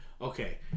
okay